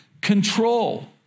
control